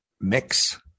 mix